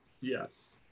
yes